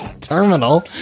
terminal